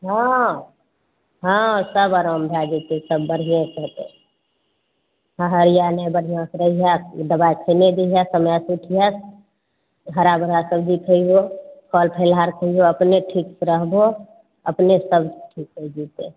हँ हँ सब आराम भए जैतै सब बढ़िएँ से होतै है हैया नहि बढ़िआँ से रहिहऽ दबाइ खयने जैहऽ समय से उठिहऽ हरा भरा सब्जी खयबहो फल फलाहार खैहो अपने ठीक रहबहो अपने सब ठीक होइ जेतै